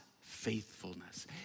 faithfulness